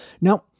Now